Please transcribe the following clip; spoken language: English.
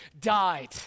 died